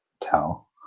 tell